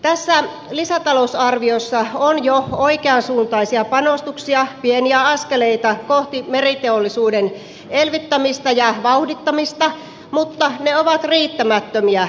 tässä lisätalousarviossa on jo oikeansuuntaisia panostuksia pieniä askeleita kohti meriteollisuuden elvyttämistä ja vauhdittamista mutta ne ovat riittämättömiä